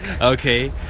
Okay